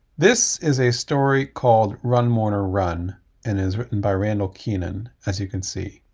this is a story called, run, mourner, run and is written by randall keenan as you can see.